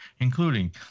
including